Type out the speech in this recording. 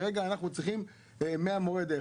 כרגע אנחנו צריכים 100 מורי דרך'.